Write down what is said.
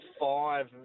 five